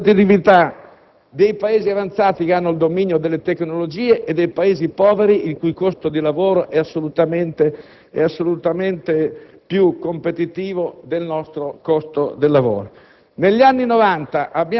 soffriamo la competitività dei Paesi avanzati che hanno il dominio delle tecnologie e dei Paesi poveri il cui costo del lavoro è assolutamente più competitivo del nostro. Negli anni